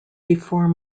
before